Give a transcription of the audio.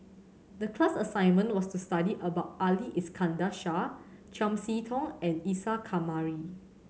the class assignment was to study about Ali Iskandar Shah Chiam See Tong and Isa Kamari